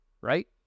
right